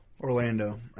Orlando